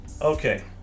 okay